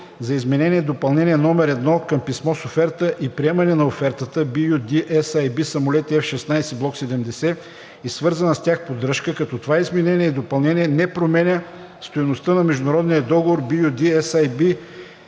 за Изменение и допълнение № 1 към Писмо с оферта и приемане на офертата (LOA) BU-D-SAB „Самолети F-16 Block 70 и свързана с тях поддръжка“, като това изменение и допълнение не променя стойността на международния договор BU-D-SAB